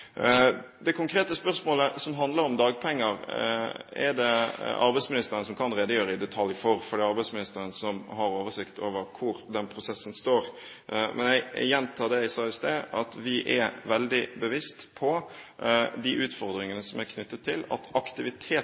Det konkrete spørsmålet som handler om dagpenger, er det arbeidsministeren som kan redegjøre i detalj for, for det er arbeidsministeren som har oversikt over hvor den prosessen står. Men jeg gjentar det jeg sa i sted, at vi er veldig bevisst på de utfordringene som er knyttet til at